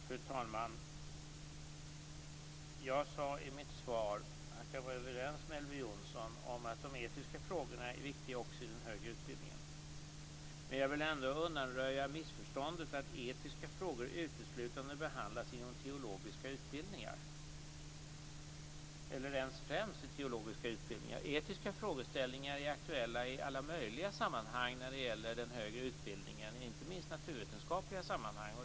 Fru talman! Jag sade i mitt svar att jag är överens med Elver Jonsson om att de etiska frågorna är viktiga också i den högre utbildningen. Jag vill ändå undanröja missförståndet att etiska frågor uteslutande behandlas inom teologiska utbildningar, eller ens främst inom teologiska utbildningar. Etiska frågeställningar är aktuella i alla möjliga sammanhang när det gäller den högre utbildningen, inte minst i naturvetenskapliga sammanhang.